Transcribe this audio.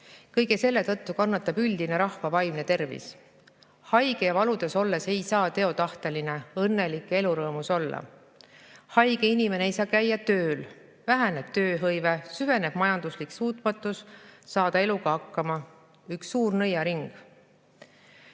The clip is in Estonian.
Kõige selle tõttu kannatab üldine rahva vaimne tervis. Haige ja valudes olles ei saa teotahteline, õnnelik ja elurõõmus olla. Haige inimene ei saa käia tööl, väheneb tööhõive, süveneb majanduslik suutmatus saada eluga hakkama. Üks suur nõiaring.